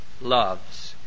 loves